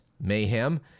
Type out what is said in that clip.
mayhem